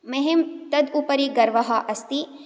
मह्यं तत् उपरि गर्वः अस्ति